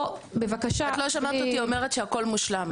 את לא שמעת אותי אומרת שהכול מושלם.